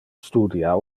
studia